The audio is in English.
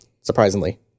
surprisingly